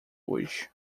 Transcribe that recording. hoje